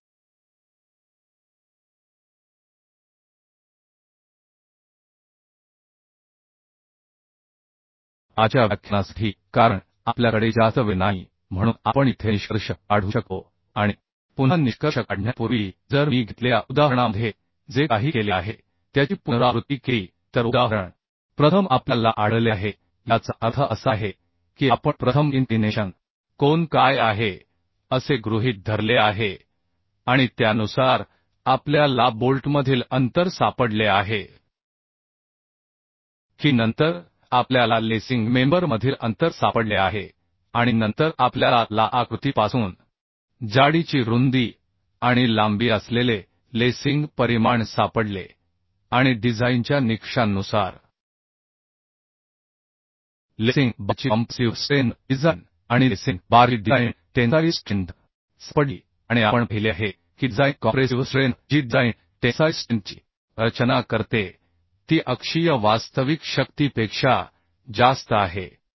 तर आजच्या व्याख्यानासाठी कारण आपल्या कडे जास्त वेळ नाही म्हणून आपण येथे निष्कर्ष काढू शकतो आणिपुन्हा निष्कर्ष काढण्यापूर्वी जर मी घेतलेल्या उदाहरणामध्ये जे काही केले आहे त्याची पुनरावृत्ती केली तर उदाहरण प्रथम आपल्या ला आढळले आहे याचा अर्थ असा आहे की आपण प्रथम इन्क्लीनेशन कोन काय आहे असे गृहीत धरले आहे आणि त्यानुसार आपल्या ला बोल्टमधील अंतर सापडले आहे की नंतर आपल्या ला लेसिंग मेंबर मधील अंतर सापडले आहे आणि नंतर आप्ल्याला ला आकृती पासून जाडीची रुंदी आणि लांबी असलेले लेसिंग परिमाण सापडले आणि डिझाइनच्या निकषांनुसार लेसिंग बारची कॉम्प्रेसिव्ह स्ट्रेंथ डिझाइन आणि लेसिंग बारची डिझाइन टेन्साइल स्ट्रेंथ सापडली आणि आपण पाहिले आहे की डिझाइन कॉम्प्रेसिव्ह स्ट्रेंथ जी डिझाइन टेन्साइल स्ट्रेंथची रचना करते ती अक्षीय वास्तविक शक्तीपेक्षा जास्त आहे